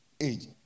age